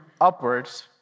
upwards